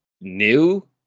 new